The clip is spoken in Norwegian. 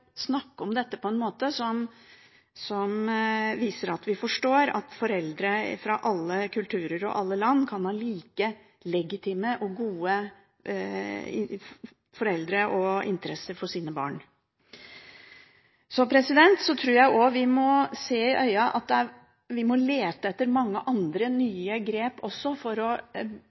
om dette på en måte som viser at vi forstår at foreldre fra alle kulturer og alle land kan være like gode foreldre og ha like stor interesse for sine barn. Så tror jeg også vi må se i øynene at vi også må lete etter mange andre nye grep for å